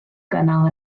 gynnal